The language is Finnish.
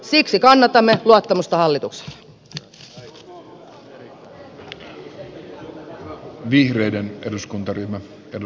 siksi kannatamme luottamusta hallitukselle